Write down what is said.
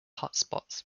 hotspots